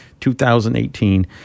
2018